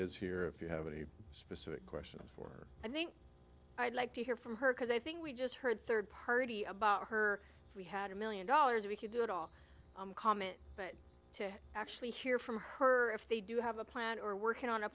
is here if you have any specific questions for i think i'd like to hear from her because i think we just heard third party about her we had a million dollars we could do it all comment but to actually hear from her if they do have a plan or working on a